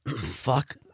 Fuck